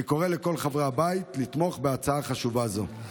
אני קורא לכל חברי הבית לתמוך בהצעה חשובה זו.